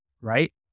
right